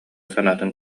санаатын